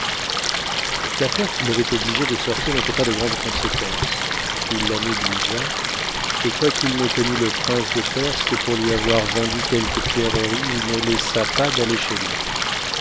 l'affaire qui l'avait obligé de sortir n'était pas de grande conséquence il la négligea et quoiqu'il ne connût le prince de perse que pour lui avoir vendu quelques pierreries il ne laissa pas d'aller chez lui